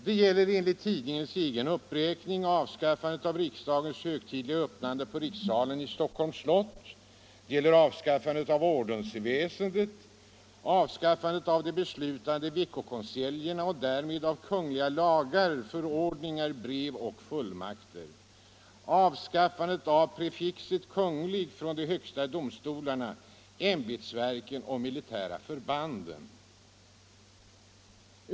Det gäller enligt tidningens egen uppräkning ”avskaffandet av riksdagens högtidliga öppnande på rikssalen i Stockholms slott, avskaffandet av ordensväsendet, avskaffandet av de beslutande veckokonseljerna , avskaffandet av prefixet kungligt från de högsta domstolarna, ämbetsverken och militära förbanden —---".